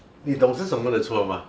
你懂是什么的错 mah